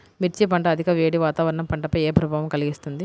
మిర్చి పంట అధిక వేడి వాతావరణం పంటపై ఏ ప్రభావం కలిగిస్తుంది?